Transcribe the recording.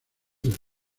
del